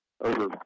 over